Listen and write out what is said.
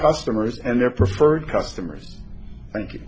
customers and their preferred customers thank you